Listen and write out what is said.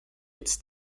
its